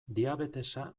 diabetesa